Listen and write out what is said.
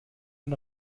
den